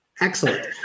Excellent